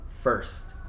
first